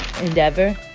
endeavor